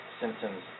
symptoms